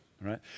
right